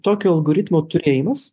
tokio algoritmo turėjimas